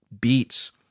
beats